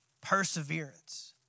perseverance